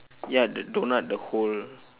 ya the doughnut the hole